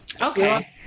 Okay